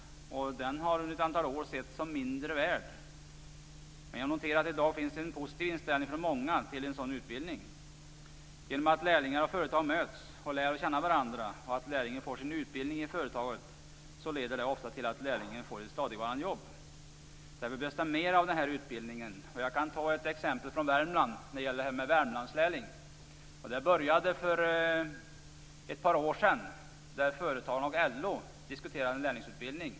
Den har under ett antal år setts som mindre värd. Men jag noterar att det i dag finns en positiv inställning från många till en sådan utbildning. Genom att lärlingar och företagare möts och lär känna varandra, lärlingen får sin utbildning i företaget, leder det ofta till att lärlingen får ett stadigvarande jobb. Därför behövs det mer av denna utbildning. Jag kan ta ett exempel från Värmland - Värmlandslärling. Det började för ett par år sedan när företagarna och LO diskuterade en lärlingsutbildning.